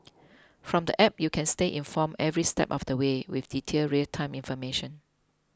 from the app you can stay informed every step of the way with detailed real time information